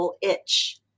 itch